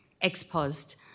exposed